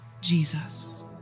Jesus